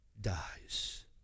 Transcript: dies